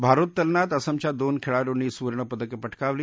भारोत्तलनात असमच्या दोन खेळाडूंनी सुवर्णपदकं प क्रावली